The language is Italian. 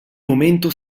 momento